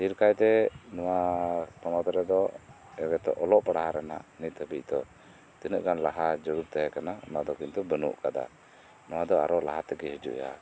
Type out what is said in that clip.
ᱰᱷᱮᱨ ᱠᱟᱭᱛᱮ ᱱᱚᱶᱟ ᱯᱚᱱᱚᱛ ᱨᱮᱫᱚ ᱚᱞᱚᱜ ᱯᱟᱲᱦᱟᱣ ᱨᱮᱭᱟᱜ ᱱᱤᱛ ᱦᱟᱹᱵᱤᱡ ᱫᱚ ᱛᱤᱱᱟᱹᱜ ᱜᱟᱱ ᱞᱟᱦᱟ ᱡᱚᱨᱩᱲ ᱛᱟᱦᱮᱸ ᱠᱟᱱᱟ ᱚᱱᱟ ᱫᱚ ᱠᱤᱱᱛᱩ ᱵᱟᱱᱩᱜ ᱟᱠᱟᱫᱟ ᱱᱚᱶᱟ ᱫᱚ ᱟᱨᱚ ᱞᱟᱦᱟ ᱛᱮᱜᱮ ᱦᱤᱡᱩᱜ ᱦᱩᱭᱩᱜᱼᱟ